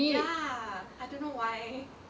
ya I don't know why